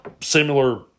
similar